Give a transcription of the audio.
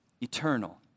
eternal